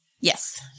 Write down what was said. Yes